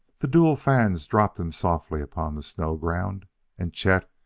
the dual fans dropped him softly upon the snow ground and chet,